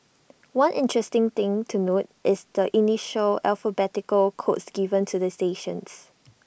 one interesting thing to note is the initial alphanumeric codes given to the stations